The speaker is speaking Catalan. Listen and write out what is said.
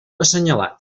assenyalats